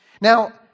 Now